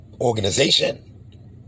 organization